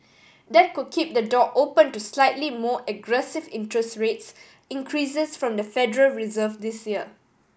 that could keep the door open to slightly more aggressive interest rates increases from the Federal Reserve this year